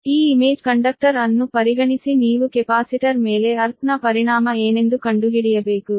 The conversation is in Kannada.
ಈ ಇಮೇಜ್ ಕಂಡಕ್ಟರ್ ಅನ್ನು ಪರಿಗಣಿಸಿ ನೀವು ಕೆಪಾಸಿಟರ್ ಮೇಲೆ ಅರ್ಥ್ ನ ಪರಿಣಾಮ ಏನೆಂದು ಕಂಡುಹಿಡಿಯಬೇಕು